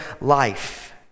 life